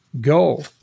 go